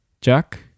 Jack